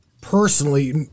personally